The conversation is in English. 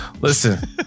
Listen